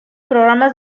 programas